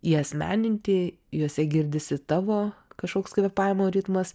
įasmeninti juose girdisi tavo kažkoks kvėpavimo ritmas